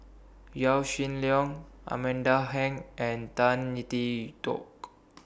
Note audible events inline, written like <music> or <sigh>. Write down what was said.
Yaw Shin Leong Amanda Heng and Tan <unintelligible> Tee Toke